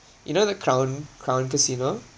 you know the crown crown casino